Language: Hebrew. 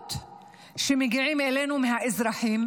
המרובות שמגיעות אלינו מהאזרחים,